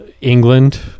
England